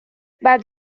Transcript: بعد